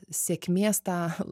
sėkmės tą